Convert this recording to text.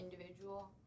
individual